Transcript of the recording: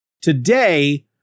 today